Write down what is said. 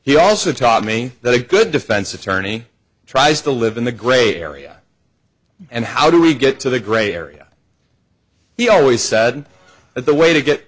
he also taught me that a good defense attorney tries to live in the gray area and how do we get to the grey area he always said that the way to get